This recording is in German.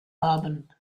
haben